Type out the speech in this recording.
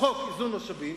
חוק איזון משאבים,